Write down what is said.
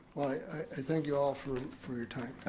i thank you all for for your time.